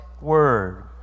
Word